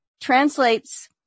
translates